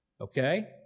okay